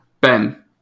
Ben